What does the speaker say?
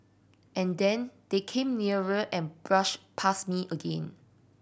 and then they came nearer and brushed past me again